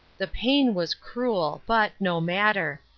the pain was cruel, but, no matter,